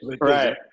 Right